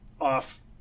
off